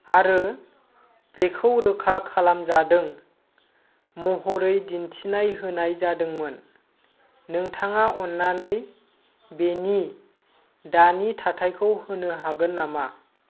आरो बेखौ रोखा खालामजादों महरै दिनथिनाय होनाय जादोंमोन नोंथाङा अननानै बेनि दानि थाथायखौ होनो हागोन नामा